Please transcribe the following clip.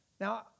Now